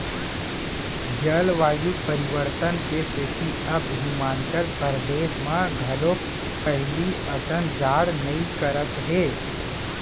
जलवायु परिवर्तन के सेती अब हिमाचल परदेस म घलोक पहिली असन जाड़ नइ करत हे